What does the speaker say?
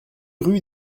rue